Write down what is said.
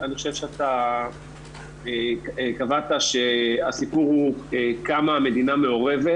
אני חושב שקבעת שהסיפור הוא כמה המדינה מעורבת,